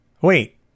Wait